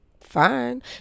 fine